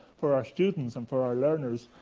for our students and for our learners,